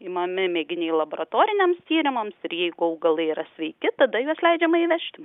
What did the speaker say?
imami mėginiai laboratoriniams tyrimams ir jeigu augalai yra sveiki tada juos leidžiama įvežti